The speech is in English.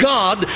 God